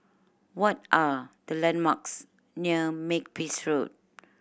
what are the landmarks near Makepeace Road